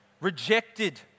rejected